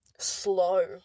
slow